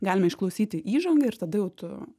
galime išklausyti įžangą ir tada jau tu